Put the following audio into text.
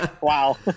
Wow